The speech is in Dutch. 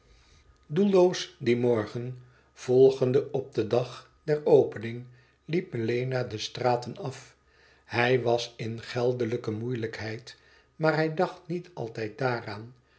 doelloos dien morgen volgende op den dag der opening liep melena de straten af hij was in geldelijke moeilijkheid maar hij dacht niet altijd daaraan